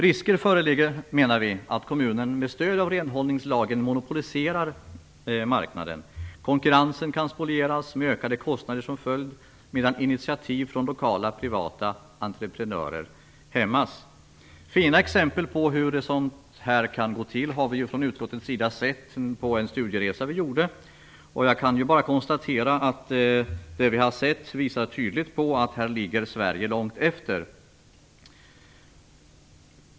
Risken föreligger, menar vi, att kommunen med stöd av renhållningslagen monopoliserar marknaden. Konkurrensen kan spolieras med ökade kostnader som följd, medan initiativ från lokala privata entreprenörer hämmas. Fina exempel på hur sådant här kan gå till har vi i utskottet sett på en studieresa som vi gjort. Jag kan bara konstatera att det vi har sett tydligt visar på att här ligger Sverige långt efter.